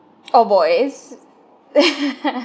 all boys